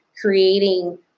creating